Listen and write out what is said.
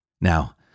Now